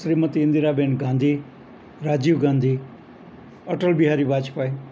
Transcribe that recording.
Shrimati Indiraben Gandhi Rajiv Gandhi Atal Bihari Vajpayee